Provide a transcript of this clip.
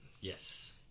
Yes